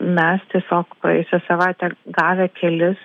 mes tiesiog praėjusią savaitę gavę kelis